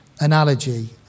analogy